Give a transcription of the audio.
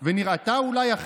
תגידו לי?